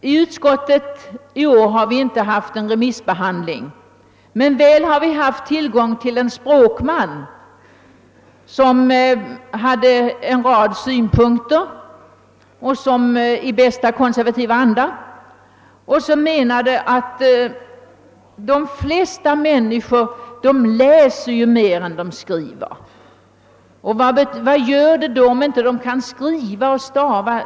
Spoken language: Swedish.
I utskottet har ärendet inte remissbehandlats i år, men väl har utskottet haft tillgång till en språkman som hade en rad synpunkter i bästa konservativa anda och som menade att de flesta människor läser mera än de skriver, och vad gör det då om de inte kan stava?